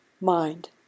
Mind